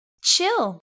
Chill